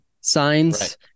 signs